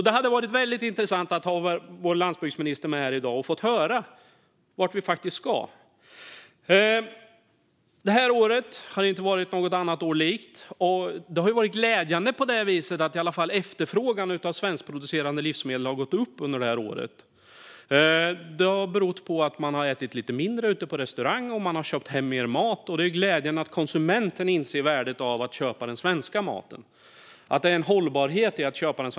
Det hade varit väldigt intressant att få ha med vår landsbygdsminister här i dag och höra vart vi ska. Detta år har inte varit något annat år likt. Det har i alla fall varit glädjande på det viset att efterfrågan på svenskproducerade livsmedel har gått upp under året. Detta beror på att man har ätit lite mindre ute på restaurang och köpt hem mer mat. Det är glädjande att konsumenten inser värdet av att köpa den svenska maten och att det finns en hållbarhet i att göra det.